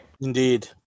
Indeed